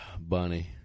Bunny